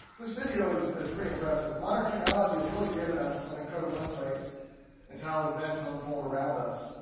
this video is is pretty impressive. modern technology has really given us some incredible insights into how events unfold around us,